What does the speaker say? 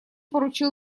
поручил